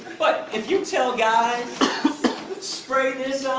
but, if you tell guys spray this